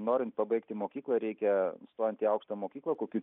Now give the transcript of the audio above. norint pabaigti mokyklą reikia stojant į aukštąją mokyklą kokių